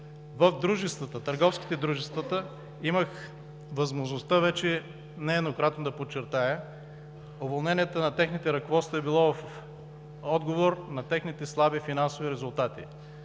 В дружествата, в търговските дружества имах възможността вече нееднократно да подчертая – уволненията на техните ръководства е било в отговор на техните слаби финансови резултати.